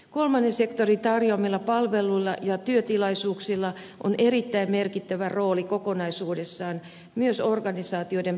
kolmannen sektorin tarjoamilla palveluilla ja työtilaisuuksilla on erittäin merkittävä rooli kokonaisuudessaan myös organisaatioiden palvelutuotannon näkökulmasta